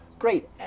great